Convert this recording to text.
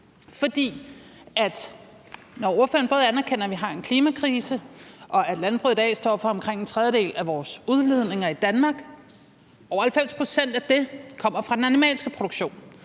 Når ordføreren både anerkender, at vi har en klimakrise, at landbruget i dag står for omkring en tredjedel af vores udledninger i Danmark, og at 90 pct. af det kommer fra den animalske produktion,